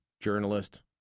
journalist